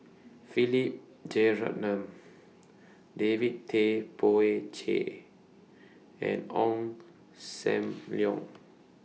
Philip Jeyaretnam David Tay Poey Cher and Ong SAM Leong